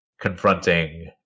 confronting